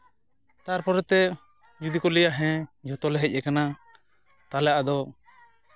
ᱛᱟᱨᱯᱚᱨᱮ ᱛᱮ ᱡᱩᱫᱤ ᱠᱚ ᱞᱟᱹᱭᱟ ᱦᱮᱸ ᱡᱷᱚᱛᱚᱞᱮ ᱦᱮᱡ ᱠᱟᱱᱟ ᱛᱟᱦᱞᱮ ᱟᱫᱚ